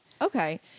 Okay